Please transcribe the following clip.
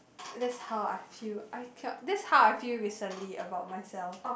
that's how I feel I that's how I feel recently about myself